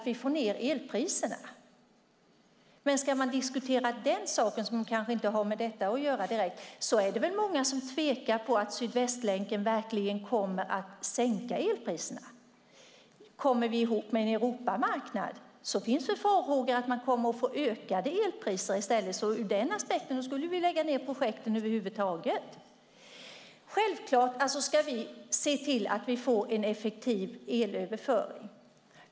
Men om den frågan ska diskuteras - som inte direkt har med denna interpellation att göra - är det väl många som tvekar om Sydvästlänken verkligen kommer att sänka elpriserna. Om Sverige slås ihop med en Europamarknad finns det farhågor för ökade elpriser. Ur den aspekten ska projekten läggas ned helt. Vi ska å ena sidan självklart se till att få en effektiv elöverföring.